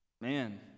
man